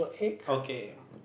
okay